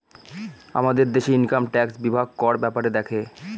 আমাদের দেশে income tax বিভাগ কর ব্যাপারে দেখে